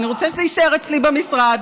אני רוצה שזה יישאר אצלי במשרד.